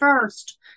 first